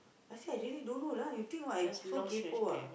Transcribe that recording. I say I really don't know lah you think what I so kaypoh ah